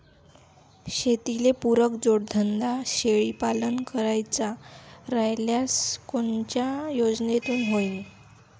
शेतीले पुरक जोडधंदा शेळीपालन करायचा राह्यल्यास कोनच्या योजनेतून होईन?